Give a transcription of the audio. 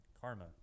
Karma